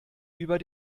über